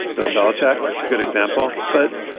bill belichick, good example. but,